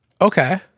Okay